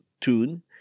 tune